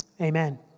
amen